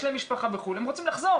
יש להם משפחה בחו"ל והם רוצים לחזור